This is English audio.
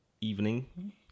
evening